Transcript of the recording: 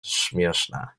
śmieszne